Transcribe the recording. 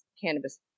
cannabis